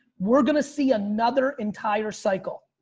we're gonna see another entire cycle.